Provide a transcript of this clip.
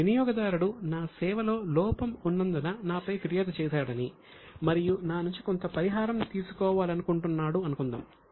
ఒక వినియోగదారుడు నా సేవలో లోపం ఉన్నందున నా పై ఫిర్యాదు చేశాడని మరియు నా నుంచి కొంత పరిహారం తీసుకోవాలనుకున్నాడు అనుకుందాం